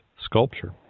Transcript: sculpture